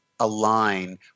align